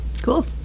Cool